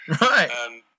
Right